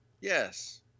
Yes